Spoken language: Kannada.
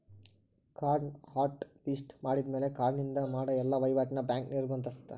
ಕಾರ್ಡ್ನ ಹಾಟ್ ಲಿಸ್ಟ್ ಮಾಡಿದ್ಮ್ಯಾಲೆ ಕಾರ್ಡಿನಿಂದ ಮಾಡ ಎಲ್ಲಾ ವಹಿವಾಟ್ನ ಬ್ಯಾಂಕ್ ನಿರ್ಬಂಧಿಸತ್ತ